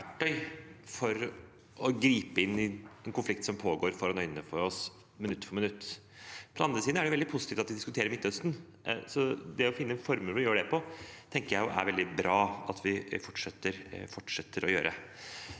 for å gripe inn i en konflikt som pågår foran øynene på oss minutt for minutt. På den andre siden er det veldig positivt at vi diskuterer Midtøsten, så det å finne former å gjøre det på tenker jeg er veldig bra at vi fortsetter å gjøre.